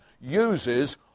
uses